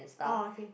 oh okay